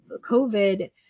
covid